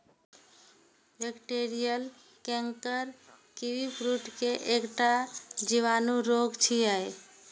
bacterial canker kiwi fruit के एकटा जीवाणु रोग छियै